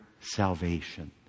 salvation